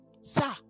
Sir